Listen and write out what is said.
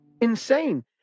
insane